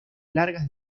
largas